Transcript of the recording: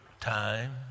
time